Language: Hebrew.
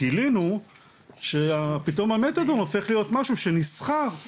גילינו שפתאום המתדון הופך להיות משהו שנסחר,